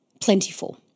plentiful